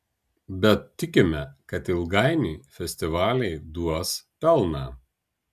bet tikime kad ilgainiui festivaliai duos pelną